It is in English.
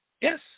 Yes